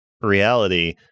reality